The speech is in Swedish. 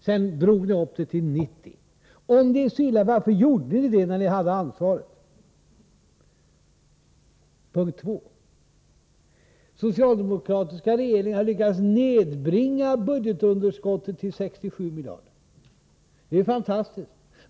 Sedan drog ni upp det till 90 miljarder. Om ni tycker att det är så illa, varför gjorde ni då det, när ni hade ansvaret? Den socialdemokratiska regeringen har lyckats nedbringa budgetunderskottet till 67 miljarder kronor. Det är fantastiskt.